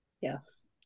Yes